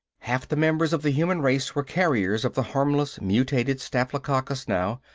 half the members of the human race were carriers of the harmless mutated staphylococcus now,